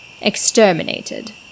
exterminated